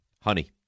Honey